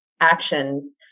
actions